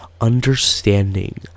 understanding